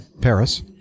Paris